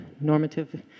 normative